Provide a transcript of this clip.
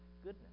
goodness